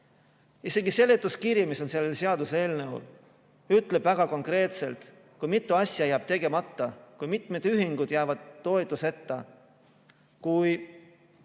Isegi seletuskiri, mis on selle seaduseelnõu kohta koostatud, ütleb väga konkreetselt, kui mitu asja jääb tegemata, kui mitmed ühingud jäävad toetuseta, kui